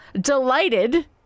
delighted